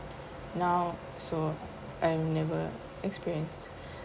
now so I have never experience